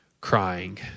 crying